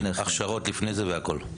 הכשרות לפני והכל.